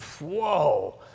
Whoa